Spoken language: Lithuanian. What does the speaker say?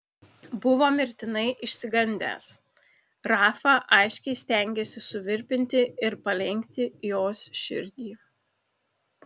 buvo mirtinai išsigandęs rafa aiškiai stengėsi suvirpinti ir palenkti jos širdį